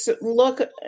look